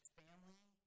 family